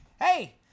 Hey